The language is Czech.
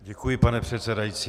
Děkuji, pane předsedající.